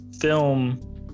film